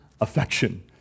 affection